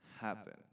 happen